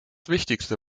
wichtigste